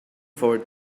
forward